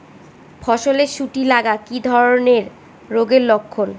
ফসলে শুটি লাগা কি ধরনের রোগের লক্ষণ?